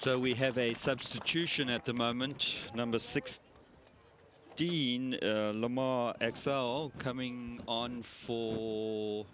so we have a substitution at the moment number six dean xcel coming on full